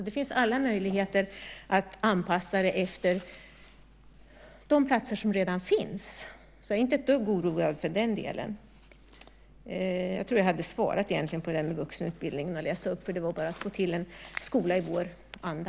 Det finns alla möjligheter att anpassa detta efter de platser som redan finns. Jag är inte ett dugg oroad för den delen. Egentligen tror jag att jag hade svarat på frågan om vuxenutbildningen. Det gäller bara att få till en skola i vår anda.